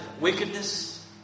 wickedness